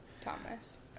Thomas